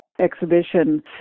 exhibition